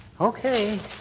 okay